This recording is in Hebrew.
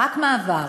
רק מעבר